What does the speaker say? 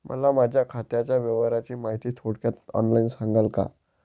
मला माझ्या खात्याच्या व्यवहाराची माहिती थोडक्यात ऑनलाईन सांगाल का?